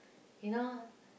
you know